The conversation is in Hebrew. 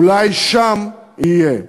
אולי שם יהיה.